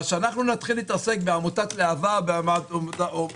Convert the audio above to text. אבל שאנחנו נתחיל להתעסק בעמותת להבה או כל עמותה